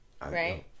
right